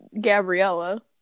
Gabriella